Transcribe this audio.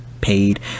paid